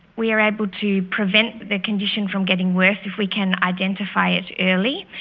we are able to prevent the condition from getting worse if we can identify it early,